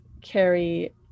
carry